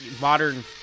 modern